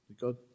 God